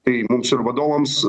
tai mums ir vadovams